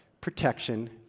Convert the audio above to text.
protection